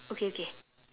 okay okay